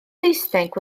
saesneg